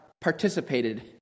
participated